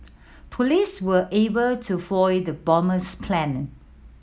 police were able to foil the bomber's plan